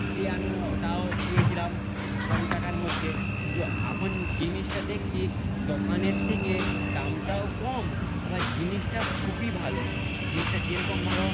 দিয়ে আমিও তাও দিয়েছিলাম কম টাকার মধ্যে কিন্তু এখন জিনিসটা দেখছি দোকানের থেকে দামটাও কম আবার জিনিসটা খুবই ভালো জিনিসটা যেরকম ভালো